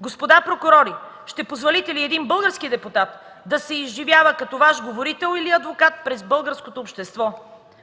Господа прокурори, ще позволите ли един български депутат да се изживява като Ваш говорител или адвокат пред българското общество.